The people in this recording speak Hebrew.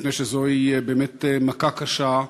מפני שזוהי באמת מכה קשה,